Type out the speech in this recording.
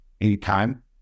Anytime